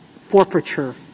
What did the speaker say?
forfeiture